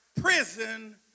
prison